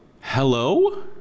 hello